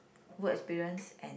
work experience and